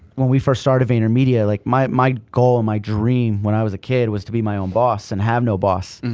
when we first started vaynermedia, like my my goal and my dream when i was a kid was to be my own boss and have no boss.